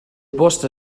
bost